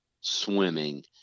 swimming